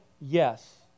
Yes